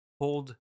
hold